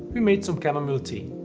we made some chamomile tea.